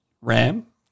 RAM